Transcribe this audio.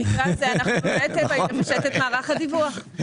במקרה הזה אנחנו באמת באים לפשט את מערך הדיווח.